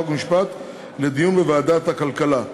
חוק ומשפט לדיון בוועדת הכלכלה.